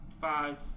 five